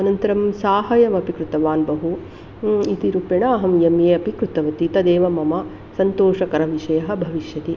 अनन्तरं साहाय्यम् अपि कृतवान् बहु इति रूपेण अहं एम् ए अपि कृतवती तदेव मम सन्तोषकरविषयः भविष्यति